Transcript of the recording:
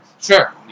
Sure